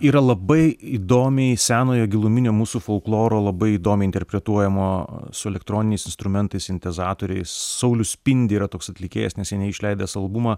yra labai įdomiai senojo giluminio mūsų folkloro labai įdomiai interpretuojamo su elektroniniais instrumentais sintezatoriais saulius spindi yra toks atlikėjas neseniai išleidęs albumą